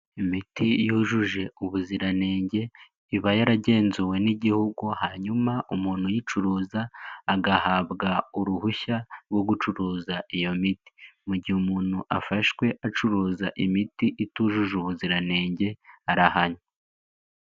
Imiti yujuje ubuziranenge iba yaragenzuwe n'igihugu, hanyuma umuntu uyicuruza agahabwa uruhushya rwo gucuruza iyo miti. Mu gihe umuntu afashwe acuruza imiti itujuje ubuziranenge arahanwa.